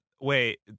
wait